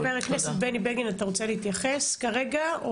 חה"כ בני בגין, אתה רוצה להתייחס כרגע?